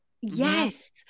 Yes